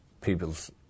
people's